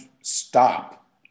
stop